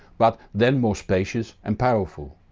but then more spacious and powerful.